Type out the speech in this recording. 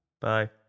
Bye